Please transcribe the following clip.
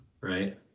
right